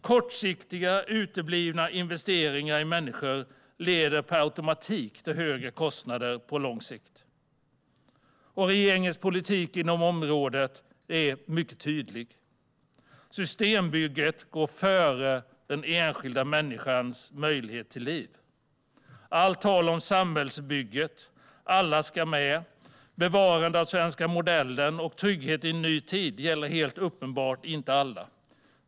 Kortsiktiga uteblivna investeringar i människor leder per automatik till högre kostnader på lång sikt. Regeringens politik inom området är tydlig: Systembygget går före den enskilda människans möjlighet till liv. Allt tal om samhällsbygget, att alla ska med, bevarandet av den svenska modellen och trygghet i en ny tid gäller helt uppenbart inte alla.